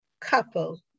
couple